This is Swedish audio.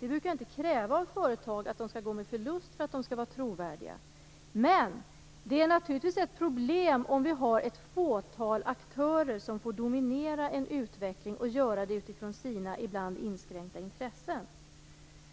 Vi brukar inte kräva av företag att de skall gå med förlust för att de skall vara trovärdiga. Men det är naturligtvis ett problem om vi har ett fåtal aktörer som får dominera en utveckling och göra det utifrån sina ibland inskränkta intressen.